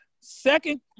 second